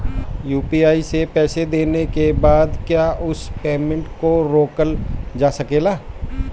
UPI से पईसा देने के बाद क्या उस पेमेंट को रोकल जा सकेला?